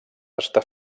està